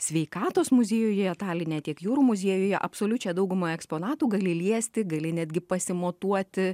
sveikatos muziejuje taline tiek jūrų muziejuje absoliučią daugumą eksponatų gali liesti gali netgi pasimatuoti